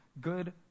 good